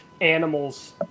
animals